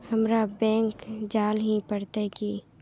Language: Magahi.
हमरा बैंक जाल ही पड़ते की?